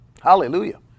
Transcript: Hallelujah